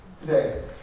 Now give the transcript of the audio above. today